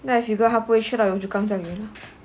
then I figure 他不会去 yio chu kang 这样远